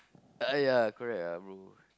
uh ya correct ah bro